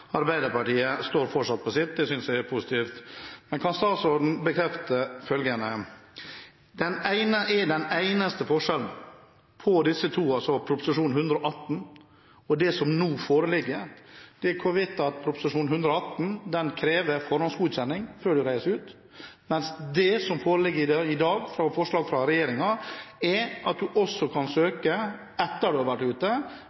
Arbeiderpartiet står fortsatt på sitt, det syns jeg er positivt. Men kan statsråden bekrefte følgende: Den eneste forskjellen på disse to, altså Prop 118 L og det som nå foreligger, er at Prop 118 L krever forhåndsgodkjenning før man reiser ut, mens det som foreligger i dag, forslaget fra regjeringen, er at man også kan søke om refusjon etter at man har vært ute,